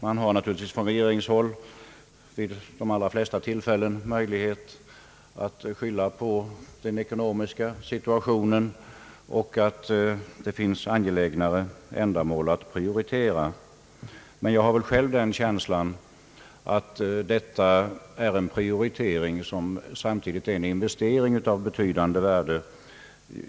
På regeringshåll har man naturligtvis vid de allra flesta tillfällen möjlighet att skylla på den ekonomiska situationen och på att det finns angelägnare ändamål att prioritera, men jag har själv den känslan att detta är en prioritering som samtidigt är en investering av betydande värde.